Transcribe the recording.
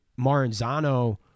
Maranzano